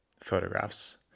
photographs